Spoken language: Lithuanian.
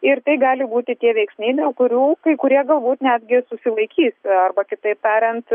ir tai gali būti tie veiksniai dėl kurių kai kurie galbūt netgi susilaikys arba kitaip tariant